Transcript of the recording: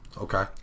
Okay